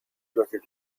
record